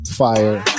fire